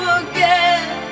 again